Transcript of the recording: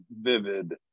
vivid